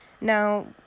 Now